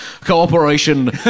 cooperation